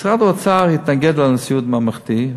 משרד האוצר התנגד לסיעוד ממלכתי.